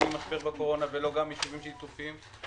ממשבר הקורונה ולא גם מיישובים שיתופיים?